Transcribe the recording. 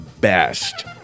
best